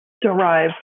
derive